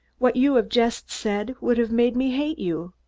what you have just said would have made me hate you.